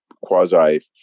quasi